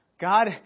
God